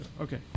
Okay